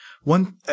One